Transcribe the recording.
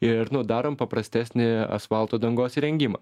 ir nu darom paprastesnį asfalto dangos įrengimą